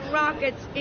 rockets